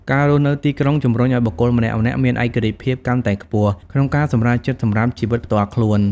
ការរស់នៅទីក្រុងជំរុញឱ្យបុគ្គលម្នាក់ៗមានឯករាជ្យភាពកាន់តែខ្ពស់ក្នុងការសម្រេចចិត្តសម្រាប់ជីវិតផ្ទាល់ខ្លួន។